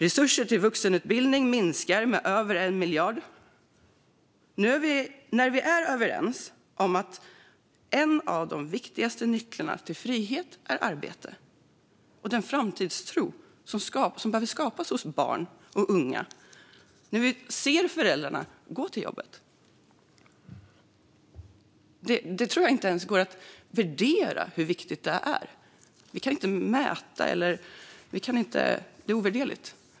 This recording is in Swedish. Resurserna till vuxenutbildning minskar med över 1 miljard, när vi är överens om att en av de viktigaste nycklarna till frihet är arbete. Den framtidstro som skapas hos barn och unga när de ser föräldrarna gå till jobbet tror jag inte ens går att värdera. Vi kan inte mäta hur viktigt detta är; det är ovärderligt.